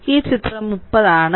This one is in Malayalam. ഇത് ചിത്രം 30 ആണ്